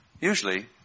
Usually